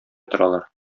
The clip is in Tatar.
торалар